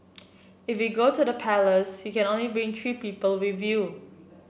if you go to the palace you can only bring three people with you